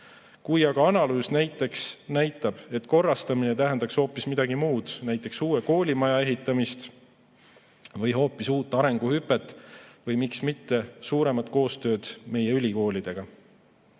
Kui aga analüüs näiteks näitab, et korrastamine tähendaks hoopis midagi muud, näiteks uue koolimaja ehitamist või uut arenguhüpet või miks mitte suuremat koostööd meie ülikoolidega?